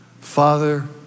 Father